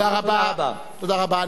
תודה רבה.